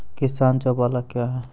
किसान चौपाल क्या हैं?